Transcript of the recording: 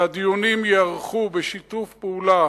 והדיונים ייערכו בשיתוף פעולה